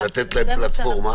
ולתת להם פלטפורמה?